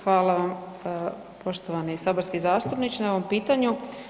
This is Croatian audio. Hvala poštovani saborski zastupniče na ovom pitanju.